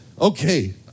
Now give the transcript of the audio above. Okay